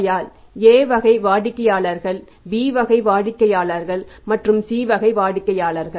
ஆகையால் A வகை வாடிக்கையாளர்கள் B வகை வாடிக்கையாளர்கள் மற்றும் C வகை வாடிக்கையாளர்கள்